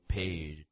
paid